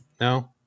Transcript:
No